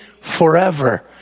forever